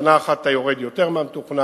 שנה אחת אתה יורד יותר מהמתוכנן,